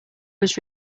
was